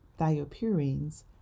thiopurines